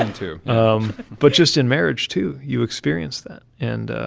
and too um but just in marriage, too, you experience that. and